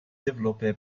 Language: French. développé